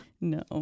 No